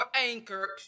anchored